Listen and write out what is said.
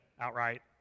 outright